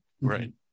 Right